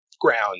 ground